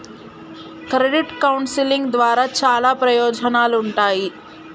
credit counselling ద్వారా చాలా ప్రయోజనాలుంటాయి